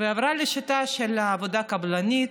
ועברה לשיטה של עבודה קבלנית,